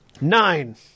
Nine